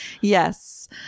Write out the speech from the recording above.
yes